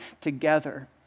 together